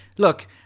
Look